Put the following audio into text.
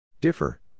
Differ